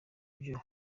byo